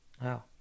Wow